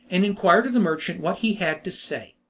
and inquired of the merchant what he had to say.